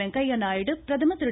வெங்கையா நாயுடு பிரதமர் திரு